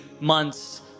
months